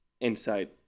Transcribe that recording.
inside